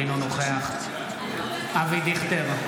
אינו נוכח אבי דיכטר,